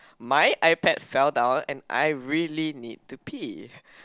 my iPad fell down and I really need to pee